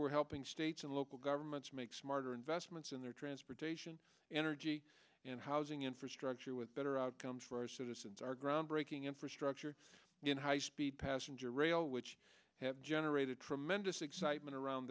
we're helping states and local governments make smarter investments in their transportation energy and housing infrastructure with better outcomes for our citizens our groundbreaking infrastructure in high speed passenger rail which have generated tremendous excitement around